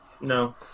No